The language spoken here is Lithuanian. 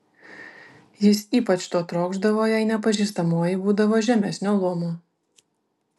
jis ypač to trokšdavo jei nepažįstamoji būdavo žemesnio luomo